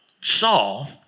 Saul